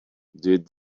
did